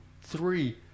three